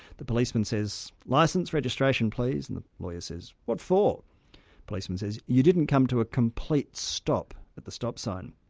the policeman says, licence, registration please'. and the lawyer says, what for? the policeman says, you didn't come to a complete stop at the stop sign.